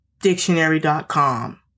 Dictionary.com